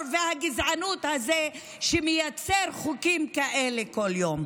והגזענות הזה שמייצר חוקים כאלה כל יום.